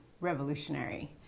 revolutionary